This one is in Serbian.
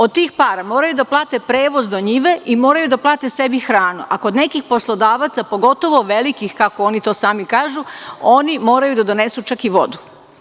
Od tih para moraju da plate prevoz do njive i moraju da plate sebi hranu, a kod nekih poslodavaca, pogotovo velikih, kako oni to sami kažu, oni moraju da donesu čak i vodu.